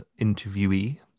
interviewee